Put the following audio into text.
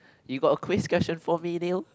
you got a quiz question for me Neil